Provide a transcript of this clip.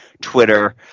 Twitter